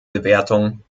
bewertung